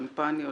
שמפניות